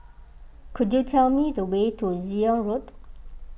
could you tell me the way to Zion Road